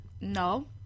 No